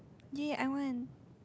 !yay! I want